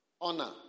honor